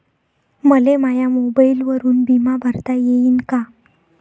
मले माया मोबाईलवरून बिमा भरता येईन का?